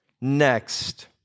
next